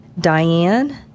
Diane